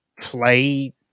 play